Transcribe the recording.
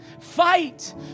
fight